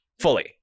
fully